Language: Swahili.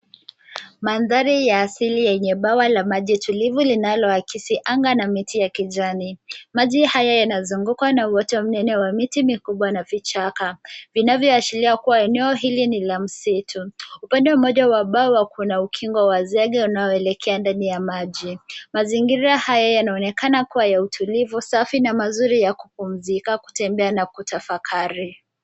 Mandhari ya asili yenye bawa la maji tulifu linaloakisi anga na miti ya kijani. Maji haya yanazungukwa na wote mnene wa miti mikubwa na vichaka. Vinavyoashilia kuwa eneo hili ni la msitu. Upande wa umoja wa baba kuna ukingo wa zege unaoelekea ndani ya maji. Mazingira haya yanaonekana kuwa ya utulivu safi na mazuri ya kupumzika, kutembea na kutafakari.